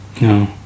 No